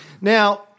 Now